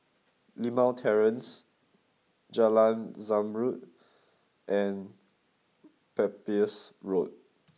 Limau Terrace Jalan Zamrud and Pepys Road